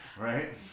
right